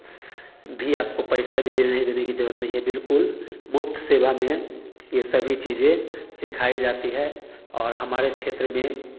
भी आपको पैसा भी ज़रुरत नहीं है बिल्कुल मुफ़्त सेवा में यह सभी चीज़ें सिखाई जाती हैं और हमारे क्षेत्र में